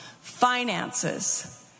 Finances